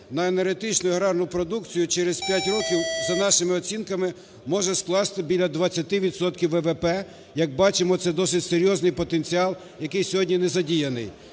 на енергетичну і аграрну продукцію, через 5 років, за нашими оцінками, може скласти біля 20 відсотків ВВП. Як бачимо, це досить серйозний потенціал, який сьогодні не задіяний.